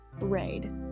raid